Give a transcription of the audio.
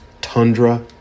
tundra